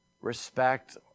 respect